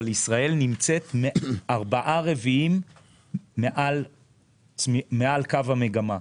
אבל ישראל נמצאת ארבעה רבעים מעל קו המגמה.